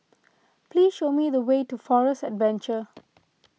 please show me the way to Forest Adventure